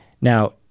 Now